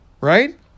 Right